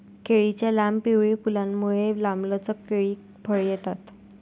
केळीच्या लांब, पिवळी फुलांमुळे, लांबलचक केळी फळे येतात